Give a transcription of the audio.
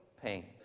pain